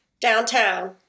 downtown